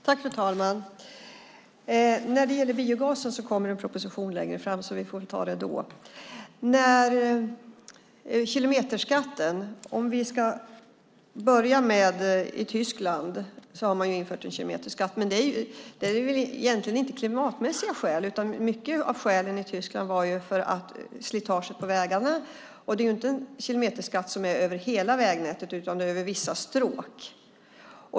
Fru talman! När det gäller biogasen kommer det en proposition längre fram, så vi får ta debatten om den då. I Tyskland har man infört en kilometerskatt, men det är egentligen inte av klimatmässiga skäl. Mycket av skälet i Tyskland var i stället slitaget på vägarna. Det är inte en kilometerskatt som är över hela vägnätet, utan den gäller över vissa stråk.